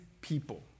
people